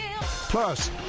Plus